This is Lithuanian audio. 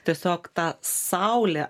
tiesiog ta saulė